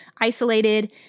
isolated